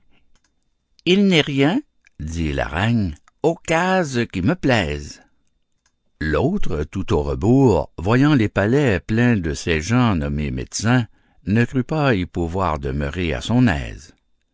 il n'est rien dit l'aragne aux cases qui me plaise l'autre tout au rebours voyant les palais pleins de ces gens nommés médecins ne crut pas y pouvoir demeurer à son aise